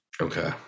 Okay